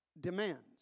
demands